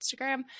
Instagram